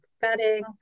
setting